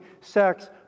sex